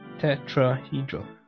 tetrahedral